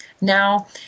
Now